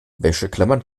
wäscheklammern